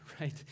right